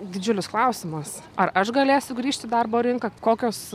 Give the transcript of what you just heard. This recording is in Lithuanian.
didžiulis klausimas ar aš galėsiu grįžt į darbo rinką kokios